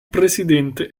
presidente